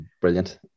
brilliant